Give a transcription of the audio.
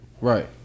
Right